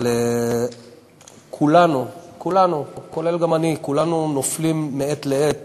אבל כולנו, כולל אני, כולנו נופלים מעת לעת